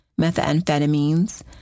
methamphetamines